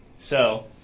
so